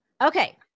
Okay